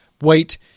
Wait